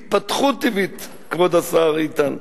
התפתחות טבעית, כבוד השר איתן.